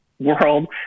world